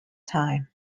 time